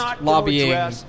lobbying